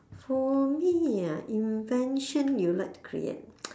for me ah invention you'd like to create